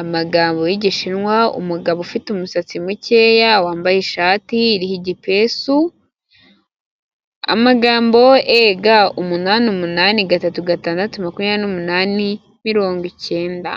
amagambo y'igishinwa umugabo ufite umusatsi mukeya wambaye ishati iriho igipesu, amagambo ega umunani, umunani, gatatu, gatandatu, makumyabiri n'umunani, mirongo icyenda.